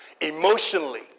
Emotionally